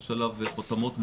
יש עליו חותמות מים,